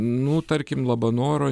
nu tarkim labanoro